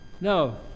No